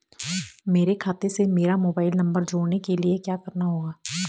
मेरे खाते से मेरा मोबाइल नम्बर जोड़ने के लिये क्या करना होगा?